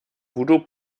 voodoo